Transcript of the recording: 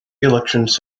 elections